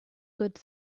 good